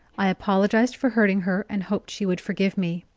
i apologized for hurting her, and hoped she would forgive me.